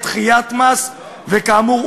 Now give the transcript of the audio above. אנחנו ביחד נחיל ריבונות בכל יהודה ושומרון.